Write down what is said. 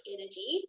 Energy